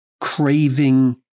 craving